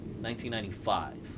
1995